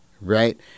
Right